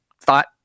thought